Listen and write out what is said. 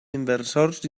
inversors